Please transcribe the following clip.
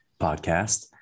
podcast